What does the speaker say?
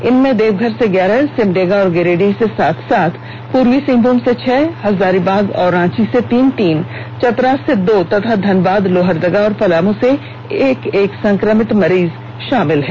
इनमें देवघर से ग्यारह सिमडेगा और गिरिडीह से सात सात पूर्वी सिंहभूम से छह हजारीबाग और रांची से तीन तीन चतरा से दो तथा धनबाद लोहरदगा और पलामू से एक एक संक्रमित मरीज शामिल हैं